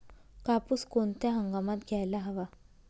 कापूस कोणत्या हंगामात घ्यायला हवा?